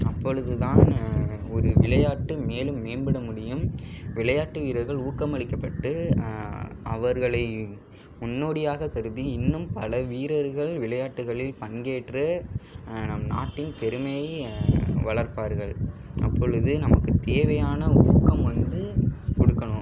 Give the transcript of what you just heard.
அப்பொழுதுதான் ஒரு விளையாட்டு மேலும் மேம்பட முடியும் விளையாட்டு வீரர்கள் ஊக்கமளிக்கப்பட்டு அவர்களை முன்னோடியாக கருதி இன்னும் பல வீரர்கள் விளையாட்டுகளில் பங்கேற்று நம் நாட்டின் பெருமையை வளர்ப்பார்கள் அப்பொழுது நமக்கு தேவையான ஊக்கம் வந்து கொடுக்கணும்